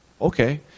Okay